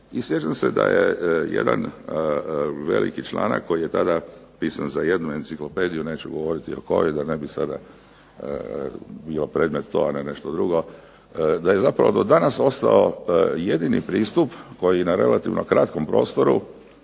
I sjećam se da je jedan veliki članak koji je tada pisan za jednu enciklopediju, neću govoriti o kojoj da ne bi sada bilo predmet to a ne nešto drugo, da je zapravo do danas ostao jedini pristup koji na relativno kratkom prostoru